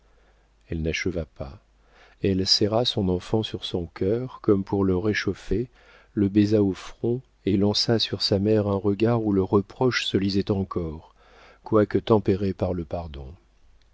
elle n'acheva pas elle serra son enfant sur son cœur comme pour le réchauffer le baisa au front et lança sur sa mère un regard où le reproche se lisait encore quoique tempéré par le pardon